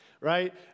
right